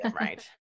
right